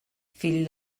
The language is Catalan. fill